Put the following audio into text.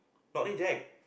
not reject